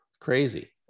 Crazy